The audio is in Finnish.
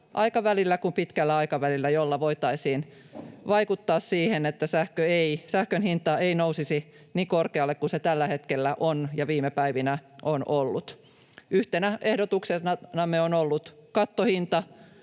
aikavälillä ison kasan ehdotuksia, joilla voitaisiin vaikuttaa siihen, että sähkön hinta ei nousisi niin korkealle kuin se tällä hetkellä on ja viime päivinä on ollut. Yhtenä ehdotuksenamme on ollut kattohinta,